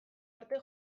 arte